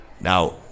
Now